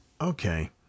Okay